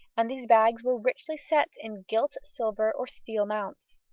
and these bags were richly set in gilt, silver, or steel mounts.